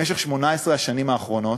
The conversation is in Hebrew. במשך 18 השנים האחרונות,